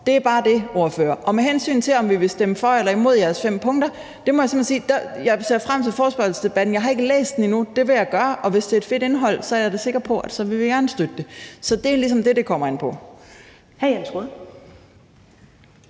Det er bare det, hr. ordfører. Med hensyn til om vi vil stemme for eller imod jeres fem punkter: Jeg må sige, at jeg ser frem til forespørgselsdebatten. Jeg har ikke læst forslaget til vedtagelse endnu. Det vil jeg gøre, og hvis det har et fedt indhold, er jeg sikker på, at vi gerne vil støtte det. Så det er ligesom det, det kommer an på.